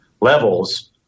levels